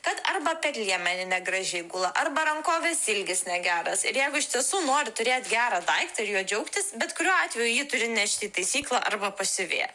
kad arba per liemeni negražiai gula arba rankovės ilgis negeras ir jeigu iš tiesų nori turėt gerą daiktą ir juo džiaugtis bet kuriuo atveju jį turi nešti į taisyklą arba pas siuvėją